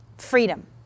Freedom